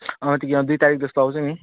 अँ यो दुई तारिकजस्तो आउँछु नि